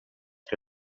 que